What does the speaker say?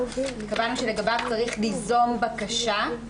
קבענו שלגביו צריך ליזום בקשה,